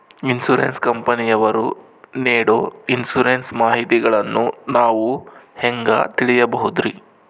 Insurance ಕಂಪನಿಯವರು ನೇಡೊ insurance ಮಾಹಿತಿಗಳನ್ನು ನಾವು ಹೆಂಗ ತಿಳಿಬಹುದ್ರಿ?